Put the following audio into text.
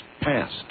passed